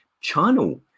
Channel